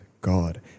God